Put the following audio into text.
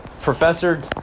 Professor